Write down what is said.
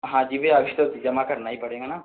हाँ जी भैया आज तो जमा करना ही पड़ेगा ना